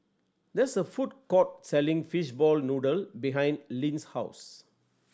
there's a food court selling fishball noodle behind Linn's house